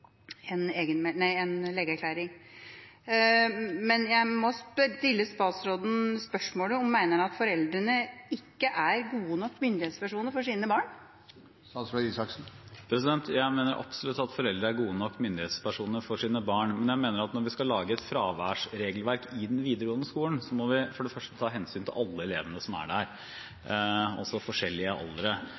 en hel dag for å få en legeerklæring. Jeg må stille statsråden følgende spørsmål: Mener han at foreldrene ikke er gode nok myndighetspersoner for sine barn? Jeg mener absolutt at foreldre er gode nok myndighetspersoner for sine barn, men jeg mener at når vi skal lage et fraværsregelverk i den videregående skolen, må vi for det første ta hensyn til alle elevene som er der, også de forskjellige